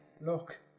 Look